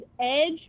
Edge